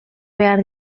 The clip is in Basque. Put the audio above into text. behar